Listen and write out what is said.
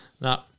No